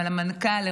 למנכ"ל,